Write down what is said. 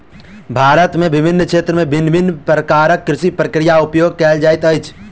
भारत में विभिन्न क्षेत्र में भिन्न भिन्न प्रकारक कृषि प्रक्रियाक उपयोग कएल जाइत अछि